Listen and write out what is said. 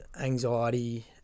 anxiety